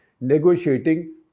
negotiating